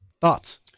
thoughts